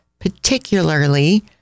particularly